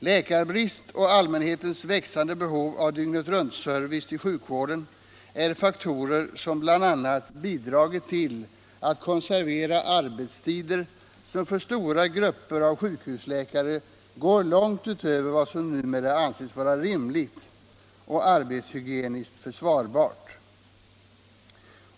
Läkarbrist och allmänhetens växande behov av dygnet-runt-service i sjukvården är faktorer som bl.a. bidragit till att konservera arbetstider som för stora grupper av sjukhusläkare går långt utöver vad som numera anses vara rimligt och arbetshygieniskt försvarbart.